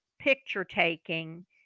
picture-taking